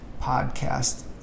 podcast